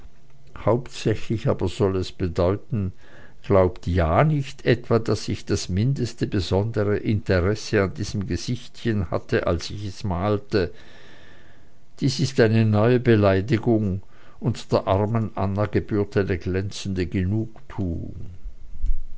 hauptsächlich aber soll es heißen glaubt ja nicht etwa daß ich das mindeste besondere interesse an diesem gesichtchen hatte als ich es malte dies ist eine neue beleidigung und der armen anna gebührt eine glänzende genugtuung